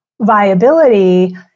viability